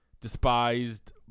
despised